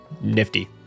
Nifty